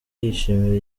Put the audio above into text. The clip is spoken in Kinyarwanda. yishimira